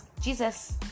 Jesus